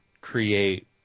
create